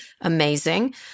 Amazing